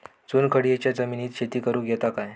चुनखडीयेच्या जमिनीत शेती करुक येता काय?